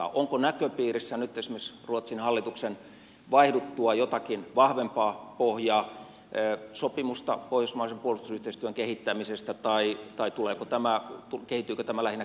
onko näköpiirissä nyt esimerkiksi ruotsin hallituksen vaihduttua jotakin vahvempaa pohjaa sopimusta pohjoismaisen puolustusyhteistyön kehittämisestä vai kehittyykö tämä lähinnä käytännön kautta